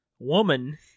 Woman